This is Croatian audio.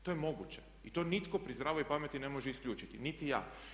To je moguće i to nitko pri zdravoj pameti ne može isključiti niti ja.